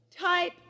type